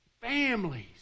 families